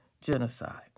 genocide